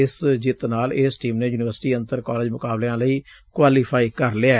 ਇਸ ਜਿੱਤ ਨਾਲ ਇਸ ਟੀਮ ਨੇ ਯੁਨੀਵਰਸਿਟੀ ਅੰਤਰ ਕਾਲਜ ਮੁਕਾਬਲਿਆਂ ਲਈ ਕੁਆਲੀਫਾਈ ਕਰ ਲਿਐ